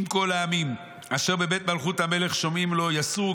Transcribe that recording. אם כל העמים אשר בבית המלך שומעים "לו יסורו